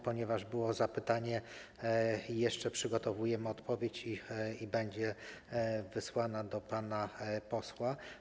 Ponieważ było zapytanie, jeszcze przygotowujemy odpowiedź, która będzie wysłana do pana posła.